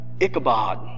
Ichabod